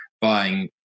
buying